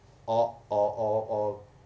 or or or or